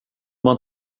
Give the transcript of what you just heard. man